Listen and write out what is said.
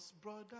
brother